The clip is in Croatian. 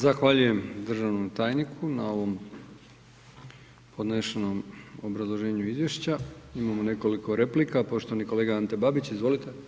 Zahvaljujem državnom tajniku na ovom podnešenom obrazloženju izvješća, imamo nekoliko replika, poštovani kolega Ante Babić, izvolite.